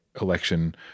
election